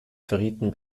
verrieten